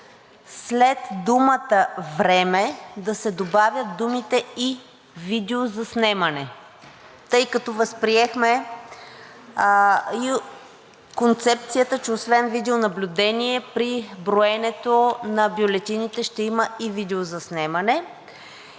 след думата „време“ да се добавят думите „и видеозаснемане“, тъй като възприехме концепцията, че освен видеонаблюдение при броенето на бюлетините ще има и видеозаснемане.